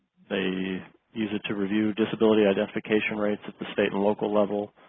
they use it to review identification rates at the state and local level,